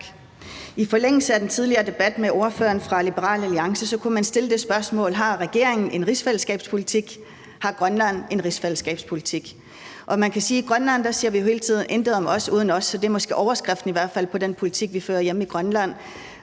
I forlængelse af den tidligere debat med ordføreren fra Liberal Alliance kunne man stille det spørgsmål, om regeringen har en rigsfællesskabspolitik, og om Grønland har en rigsfællesskabspolitik. Man kan sige, at i Grønland siger vi hele tiden: »Intet om os, uden os«. Så det er måske i hvert fald overskriften på den politik, vi fører hjemme i Grønland,